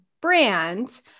brand